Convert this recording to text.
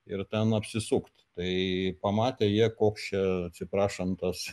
ir ten apsisukt tai pamatę jie koks čia atsiprašant tas